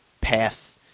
path